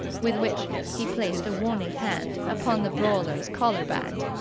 with which he placed a warning hand upon the brawler's collarband.